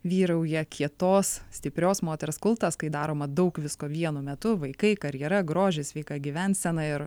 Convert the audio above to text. vyrauja kietos stiprios moters kultas kai daroma daug visko vienu metu vaikai karjera grožis sveika gyvensena ir